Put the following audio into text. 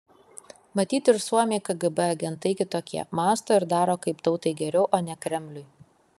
matyt ir suomiai kgb agentai kitokie mąsto ir daro kaip tautai geriau o ne kremliui